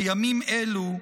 בימים אלו,